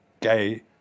gay